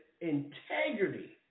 integrity